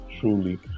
truly